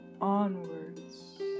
onwards